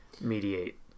mediate